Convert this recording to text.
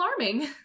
alarming